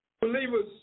believers